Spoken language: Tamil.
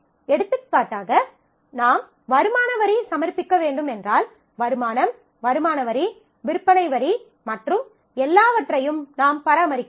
எடுத்துக்காட்டாக நாம் வருமான வரி சமர்ப்பிக்க வேண்டும் என்றால் வருமானம் வருமான வரி விற்பனை வரி மற்றும் எல்லாவற்றையும் நாம் பராமரிக்க வேண்டும்